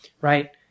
right